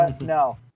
no